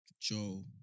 Joe